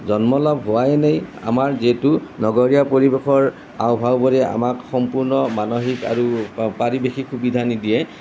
জন্ম লাভ হোৱাই নাই আমাৰ যিহেতু নগৰীয়া পৰিৱেশৰ আও ভাওবোৰে আমাক সম্পূৰ্ণ মানসিক আৰু পাৰিৱেশিক সুবিধা নিদিয়ে